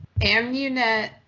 Amunet